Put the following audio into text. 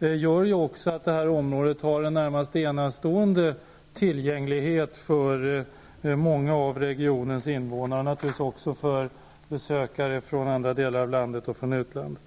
gör att det här området har en enastående tillgänglighet för många av regionens invånare, och naturligtvis också för besökare från andra delar av landet och från utlandet.